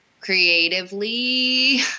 creatively